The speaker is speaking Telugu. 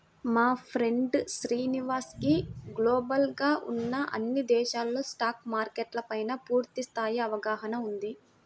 మా ఫ్రెండు శ్రీనివాస్ కి గ్లోబల్ గా ఉన్న అన్ని దేశాల స్టాక్ మార్కెట్ల పైనా పూర్తి స్థాయి అవగాహన ఉంది